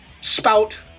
spout